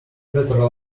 better